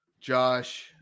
Josh